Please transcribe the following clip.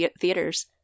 theaters